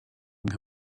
yng